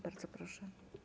Bardzo proszę.